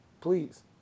Please